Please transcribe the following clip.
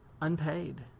Unpaid